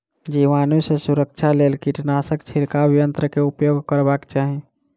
जीवाणु सॅ सुरक्षाक लेल कीटनाशक छिड़काव यन्त्र के उपयोग करबाक चाही